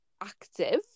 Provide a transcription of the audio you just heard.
active